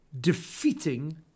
defeating